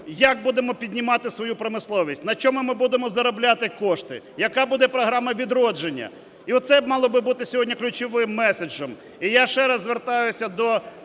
як будемо піднімати свою промисловість; на чому ми будемо заробляти кошти; яка буде програма відродження. І оце б мало би бути сьогодні ключовим меседжем. І я ще раз звертаюся до